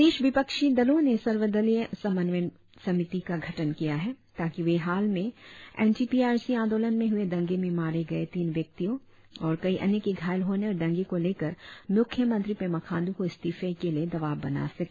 प्रदेश विपक्षी दलों ने सर्व दलीय समन्वयन समिति का गठन किया है ताकि वे हाल में एंटी पी आर सी आंदोलन में हुए दंगे में मारे गए तीन व्यक्तियों और कई अन्य के घायल होने और दंगे को लेकर मुख्य मंत्री पेमा खांडू को इस्तीफे के लिए दबाव बना सके